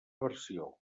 versió